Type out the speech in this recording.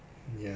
um